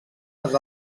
els